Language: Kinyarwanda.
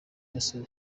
jackson